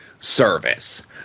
service